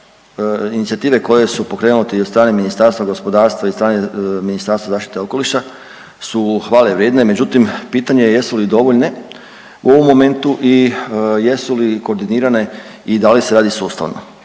inicijative koje su pokrenute i od strane Ministarstva gospodarstva i od strane Ministarstva zaštite okoliša su hvale vrijedne, međutim pitanje je jesu li dovoljne u ovom momentu i jesu li koordinirane i da li i se radi sustavno.